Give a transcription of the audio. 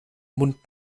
mund